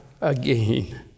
again